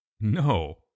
No